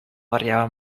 variava